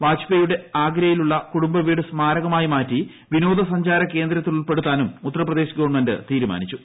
വാജ്പേയിയുടെ ആഗ്രയിലുള്ള കുടുംബവീട് സ്മാരകമായി മാറ്റി വിനോദ സഞ്ചാര കേന്ദ്രത്തിലൂൾപ്പെടുത്താനും ഉത്തർപ്രദേശ് ഗവൺമെന്റ് തീരുമാനിച്ചു